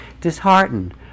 disheartened